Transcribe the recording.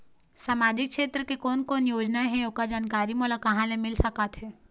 सामाजिक क्षेत्र के कोन कोन योजना हे ओकर जानकारी मोला कहा ले मिल सका थे?